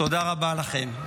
תודה רבה לכם.